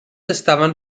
estaven